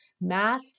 math